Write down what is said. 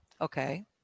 Okay